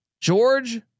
George